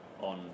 on